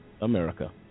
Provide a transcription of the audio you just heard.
America